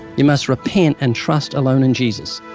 you must repent and trust alone in jesus.